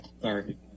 Sorry